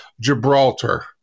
Gibraltar